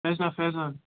مےٚ حظ چھُ ناو فٮ۪زان